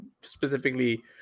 specifically